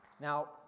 Now